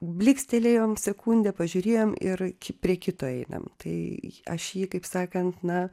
blykstelėjom sekundę pažiūrėjom ir prie kito einam tai aš jį kaip sakant na